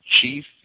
chief